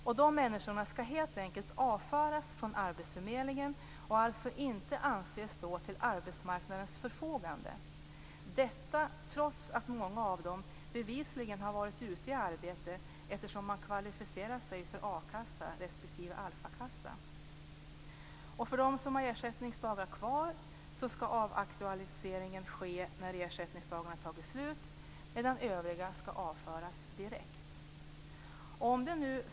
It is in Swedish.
Dessa människor skall helt enkelt avföras från arbetsförmedlingen och alltså inte anses stå till arbetsmarknadens förfogande, detta trots att många av dem bevisligen har varit ute i arbete eftersom de har kvalificerat sig för a-kassa respektive alfakassa. För dem som har ersättningsdagar kvar skall avaktualiseringen ske när ersättningsdagarna har tagit slut, medan övriga skall avföras direkt.